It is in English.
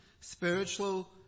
Spiritual